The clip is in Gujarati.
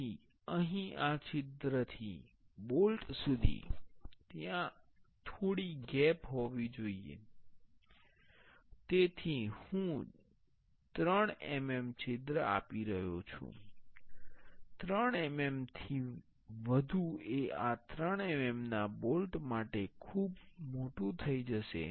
તેથી અહીં આ છિદ્રથી બોલ્ટ સુધી ત્યાં થોડી ગેપ હોવી જોઈએ તેથી જ હું 3 mm છિદ્ર આપી રહ્યો છું 3 mm થી વધુ એ 3 mmના બોલ્ટ માટે ખૂબ મોટું થઇ જશે